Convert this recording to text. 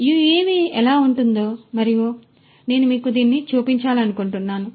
కాబట్టి యుఎవి ఎలా ఉంటుందో మరియు నేను మీకు దీన్ని చూపించాలనుకుంటున్నాను